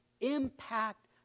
impact